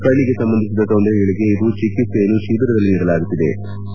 ಕಣ್ಣಿಗೆ ಸಂಬಂಧಿಸಿದ ತೊಂದರೆಗಳಿಗೆ ಇದು ಚಿಕಿತ್ತೆಯನ್ನು ತಿಬಿರದಲ್ಲಿ ನೀಡಲಾಗುತ್ತಿದ್ಲು